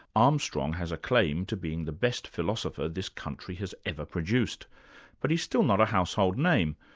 armstrong has a claim to being the best philosopher this country has ever produced but he's still not a household name.